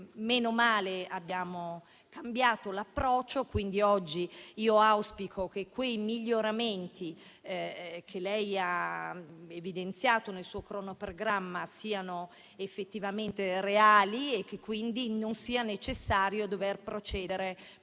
fortuna abbiamo cambiato approccio, quindi oggi auspico che i miglioramenti che lei ha evidenziato nel suo cronoprogramma siano effettivamente reali e che quindi non sia necessario procedere poi